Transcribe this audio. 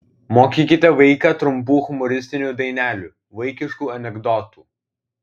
mokykite vaiką trumpų humoristinių dainelių vaikiškų anekdotų